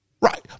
Right